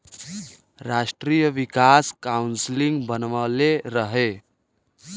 राष्ट्रीय विकास काउंसिल बनवले रहे